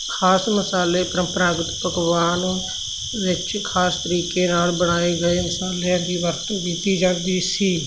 ਖਾਸ ਮਸਾਲੇ ਪਰੰਪਰਾਗਤ ਪਕਵਾਨ ਵਿੱਚ ਖਾਸ ਤਰੀਕੇ ਨਾਲ ਬਣਾਏ ਗਏ ਮਸਾਲਿਆਂ ਦੀ ਵਰਤੋਂ ਕੀਤੀ ਜਾਂਦੀ ਸੀ